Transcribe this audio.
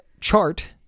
chart